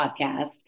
podcast